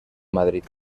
madrid